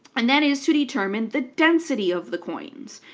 and that is to determine the density of the coins,